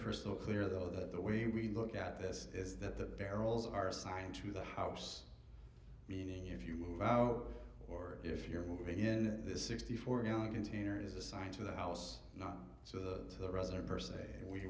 crystal clear though that the way we look at this is that the barrels are assigned to the house meaning if you move out or if you're moving in this sixty four young container is assigned to the house not so the the resident per